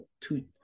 two